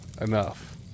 enough